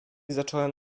zacząłem